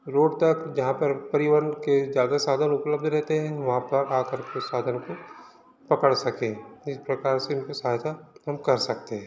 road तक जहाँ पर परिवहन के ज़्यादा साधन उपलब्ध रहते हैं वहाँ पर आकर के साधन को पकड़ सकें इस प्रकार से उनकी सहायता हम कर सकते हैं